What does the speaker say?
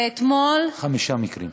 ואתמול, חמישה מקרים.